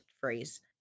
phrase